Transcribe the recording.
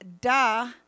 duh